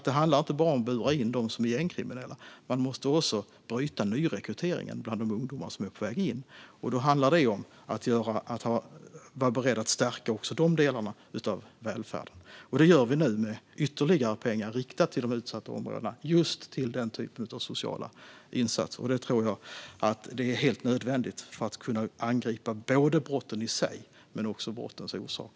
Det handlar inte bara om att bura in dem som är gängkriminella. Man måste också bryta nyrekryteringen bland de ungdomar som är på väg in. Då handlar det om att vara beredd att stärka också de delarna av välfärden. Det gör vi nu med ytterligare pengar som riktas till de utsatta områdena och just till den här typen av sociala insatser. Jag tror att det är helt nödvändigt för att kunna angripa både brotten i sig och brottens orsak.